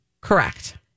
correct